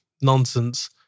nonsense